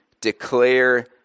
declare